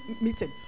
meeting